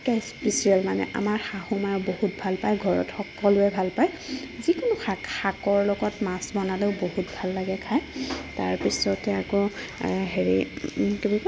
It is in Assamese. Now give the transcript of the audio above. স্পিচিয়েল মানে আমাৰ শাহু মায়ে বহুত ভাল পায় ঘৰত সকলোৱে ভাল পায় যিকোনো শাক শাকৰ লগত মাছ বনালেও বহুত ভাল লাগে খায় তাৰপিছতে আকৌ হেৰি কি বুলি কয়